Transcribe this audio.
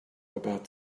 about